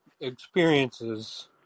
experiences